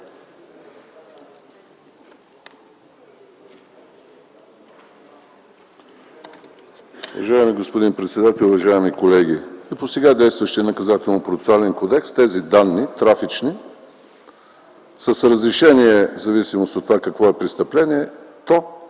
Уважаеми господин председател, уважаеми колеги! По сега действащия Наказателно-процесуален кодекс тези трафични данни с разрешение в зависимост от това какво е престъплението,